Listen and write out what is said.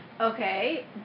Okay